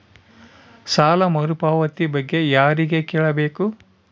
ಸಾಲ ಮರುಪಾವತಿ ಬಗ್ಗೆ ಯಾರಿಗೆ ಕೇಳಬೇಕು?